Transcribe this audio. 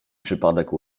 przypadek